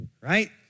right